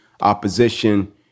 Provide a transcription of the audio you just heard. opposition